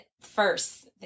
first